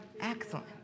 Excellent